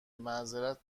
معذرت